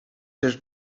też